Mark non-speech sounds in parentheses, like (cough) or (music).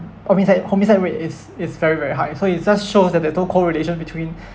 homicide homicide rate is is very very high so it just shows that there's no correlation between (breath)